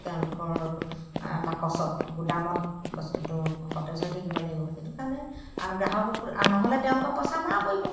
তেওঁলোকৰ বাকচত গোদামত বস্তুটো সতেজ হৈ থাকিব লাগিব সেইটো কাৰণে আৰু গ্ৰাহককো আৰু নহ'লে তেওঁলোকক পইচা মৰা পৰিব